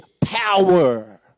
power